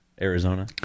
Arizona